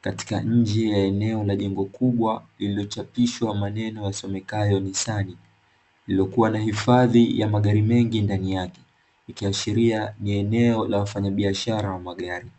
katika nje ya eneo la jengo kubwa lililochapishwa maneno yasomekayo "NISSAN", lililokua na hifadhi ya magari mengi ndani yake, ikiashiria ni eneo la wafanyabiashara wa magari.